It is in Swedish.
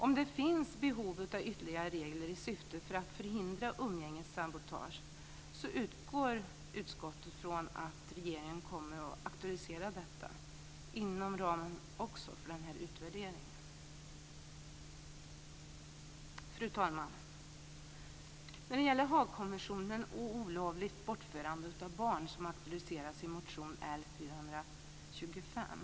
Om det finns behov av ytterligare regler för att förhindra umgängessabotage, utgår utskottet från att regeringen också kommer att aktualisera detta inom ramen för den här utvärderingen. Fru talman! Haagkonventionen och olovligt bortförande av barn aktualiseras i motion L425.